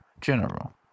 General